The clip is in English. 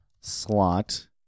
slot